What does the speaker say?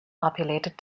populated